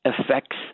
affects